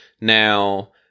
Now